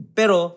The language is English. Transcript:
pero